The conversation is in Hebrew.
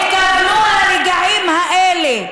התכוונו לרגעים האלה.